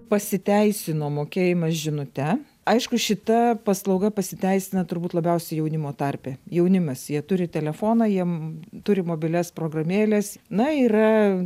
pasiteisino mokėjimas žinute aišku šita paslauga pasiteisina turbūt labiausiai jaunimo tarpe jaunimas jie turi telefoną jiems turi mobilias programėles na yra